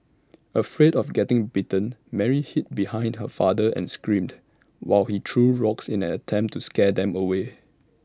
afraid of getting bitten Mary hid behind her father and screamed while he threw rocks in an attempt to scare them away